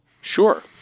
Sure